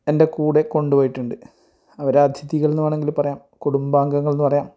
എൻ്റെ കൂടെ കൊണ്ടുപോയിട്ടുണ്ട് അവരെ അതിഥികൾന്ന് വേണമെങ്കിൽ പറയാം കുടുംബാഗങ്ങൾന്ന് പറയാം